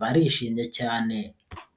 barishimye cyane.